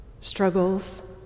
Struggles